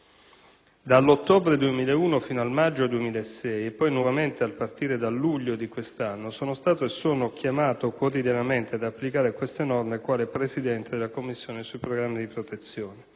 Dall'ottobre del 2001 fino al maggio 2006, e poi nuovamente a partire dal luglio di quest'anno, sono stato e sono chiamato quotidianamente ad applicare queste norme quale presidente della commissione sui programmi di protezione.